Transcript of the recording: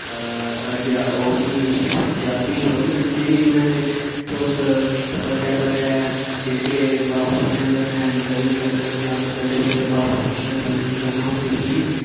आजादी ओह् ही आजादी खुह्ल्ल दित्ती दी ही उ'नें कि तुस बड्डे बड्डे जेह्के बाबुएं कन्नै लड़ी सकन जां बड्डे बड्डे बाबुएं कन्नै उ'नें दूई निं करना होंदी ही